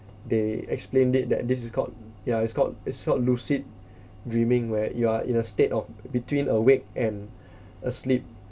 they explained it that this is called ya it's called it's called lucid dreaming where you are in a state of between awake and asleep